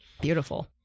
beautiful